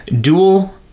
Dual